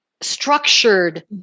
structured